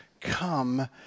come